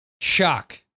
shock